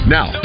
Now